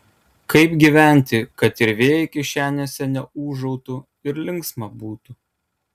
kaip gyventi kad ir vėjai kišenėse neūžautų ir linksma būtų